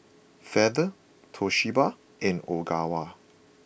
Feather Toshiba and Ogawa